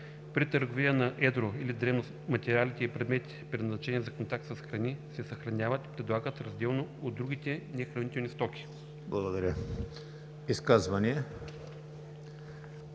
При търговия на едро или дребно материалите и предметите, предназначени за контакт с храни, се съхраняват и предлагат разделно от другите нехранителни стоки.“